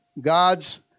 God's